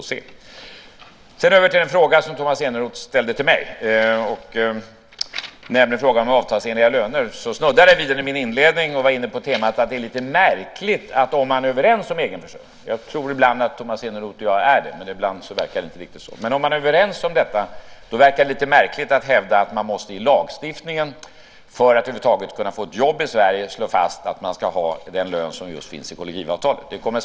Jag går sedan över till den fråga som Tomas Eneroth ställde till mig om avtalsenliga löner. Jag snuddade vid den i min inledning. Om man är överens om egenförsörjning - och jag tror ibland att Tomas Eneroth och jag är det - är det lite märkligt att hävda att det, om någon över huvud taget ska få ett jobb i Sverige, måste slås fast i lagstiftningen att det är den lön som anges i kollektivavtal som ska gälla.